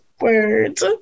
words